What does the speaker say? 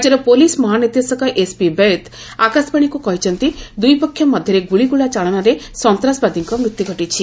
ରାଜ୍ୟର ପୁଲିସ୍ ମହାନିର୍ଦ୍ଦେଶକ ଏସ୍ପି ବୈଦ ଆକାଶବାଣୀକୁ କହିଛନ୍ତି ଦ୍ୱିପକ୍ଷ ମଧ୍ୟରେ ଗୁଳିଗୋଳା ଚାଳନାରେ ସନ୍ତାସବାଦୀଙ୍କ ମୃତ୍ୟୁ ଘଟିଛି